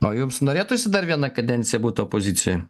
o jums norėtųsi dar vieną kadenciją būt opozicijoj